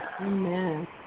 Amen